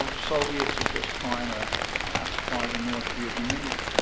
um soviets are just trying to pacify the north vietnamese.